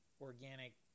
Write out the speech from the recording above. organic